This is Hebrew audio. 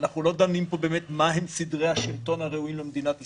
כי אנחנו לא דנים פה באמת מה הם סדרי השלטון הראויים למדינת ישראל,